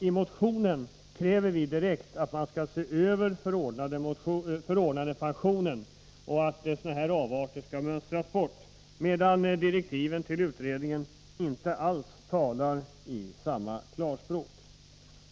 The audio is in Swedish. I motionen kräver vi direkt att man skall se över reglerna för förordnandepensioner och att sådana här avarter skall mönstras bort, medan direktiven till utredningen inte alls talar samma klarspråk.